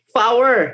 power